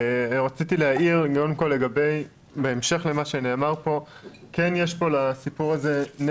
רציתי להעיר בהמשך למה שנאמר כאן שלסיפור הזה כן יש